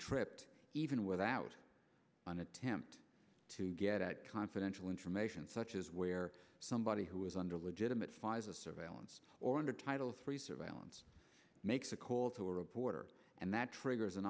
tripped even without an attempt to get at confidential information such as where somebody who is under legitimate pfizer surveillance or under title three surveillance makes a call to a reporter and that triggers an